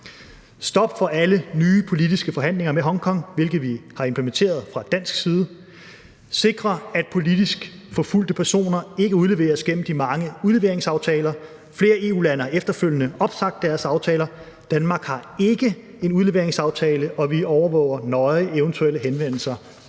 stop for alle nye politiske forhandlinger med Hongkong, hvilket vi har implementeret fra dansk side. Vi ønsker, at politisk forfulgte personer ikke udleveres gennem de mange udleveringsaftaler. Flere EU-lande har efterfølgende opsagt deres aftaler. Danmark har ikke en udleveringsaftale, og vi overvåger nøje eventuelle henvendelser